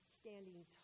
standing